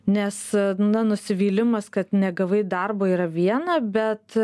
nes na nusivylimas kad negavai darbo yra viena bet